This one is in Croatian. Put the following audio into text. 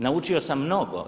Naučio sam mnogo.